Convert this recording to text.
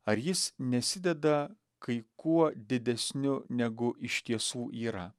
ar jis nesideda kai kuo didesniu negu iš tiesų yra